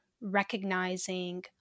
recognizing